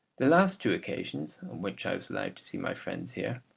the last two occasions on which i was allowed to see my friends here,